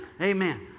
Amen